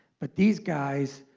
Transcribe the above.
but these guys,